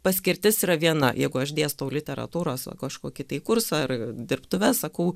paskirtis yra viena jeigu aš dėstau literatūros kažkokį tai kursą ar dirbtuves sakau